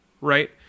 right